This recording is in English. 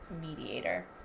mediator